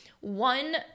one